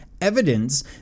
evidence